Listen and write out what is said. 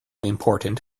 important